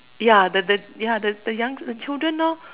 ya the the ya the young the children now